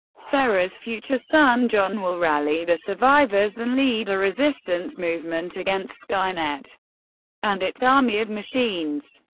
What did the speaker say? sarah's future son john will rally the survivors and lead a resistance movement against skynet and its army of machines.